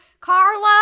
Carlo